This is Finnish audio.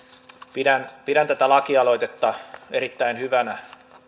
pidän pidän tätä lakialoitetta erittäin hyvänä